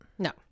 No